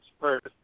first